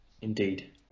Indeed